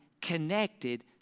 connected